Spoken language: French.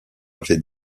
avait